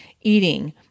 eating